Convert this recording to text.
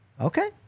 Okay